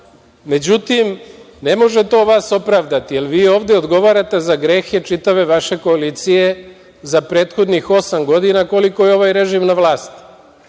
Međutim, ne može to vas opravdati, jer vi ovde odgovarate za grehe čitave vaše koalicije za prethodnih osam godina koliko je ovaj režim na vlasti.